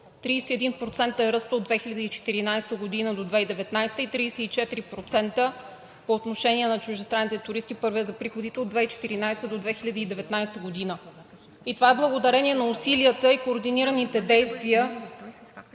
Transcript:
31% е ръстът от 2014-а до 2019 г. и 34% по отношение на чуждестранните туристи – първият за приходите от 2014 г. до 2019 г. И това е благодарение на усилията и координираните действия